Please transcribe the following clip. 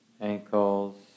ankles